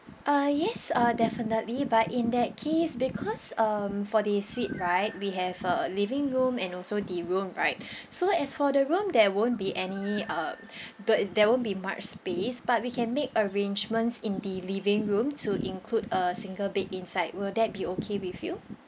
uh yes uh definitely buy in that case because um for the suite right we have a living room and also the room right so as for the room there won't be any um don't there won't be much space but we can make arrangements in the living room to include a single bed inside will that be okay with you